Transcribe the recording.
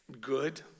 good